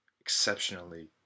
exceptionally